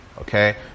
Okay